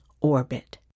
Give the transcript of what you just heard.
orbit